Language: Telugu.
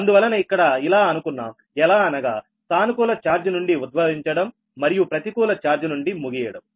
అందువలన ఇక్కడ ఇలా అనుకున్నాం ఎలా అనగా సానుకూల ఛార్జ్ నుండి ఉద్భవించడం మరియు ప్రతికూల ఛార్జ్ నుండి ముగియడం